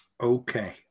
Okay